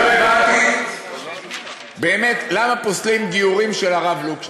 לא הבנתי באמת למה פוסלים גיורים של הרב לוקשטיין.